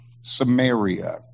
Samaria